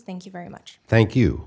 thank you very much thank you